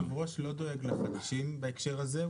היושב ראש לא דואג לחדשים, הוא דואג בהקשר הזה.